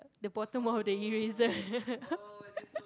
the bottom of the eraser